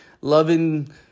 loving